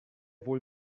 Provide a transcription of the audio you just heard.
wohl